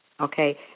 okay